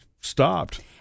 stopped